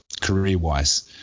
career-wise